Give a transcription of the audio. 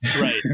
right